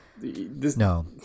no